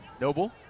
Noble